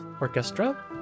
orchestra